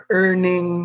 earning